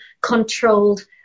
controlled